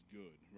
good